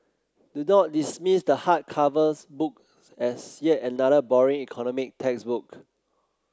do not dismiss the hard covers book as yet another boring economic textbook